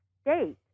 state